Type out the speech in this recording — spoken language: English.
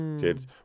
kids